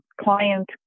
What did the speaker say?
client